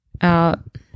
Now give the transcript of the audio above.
out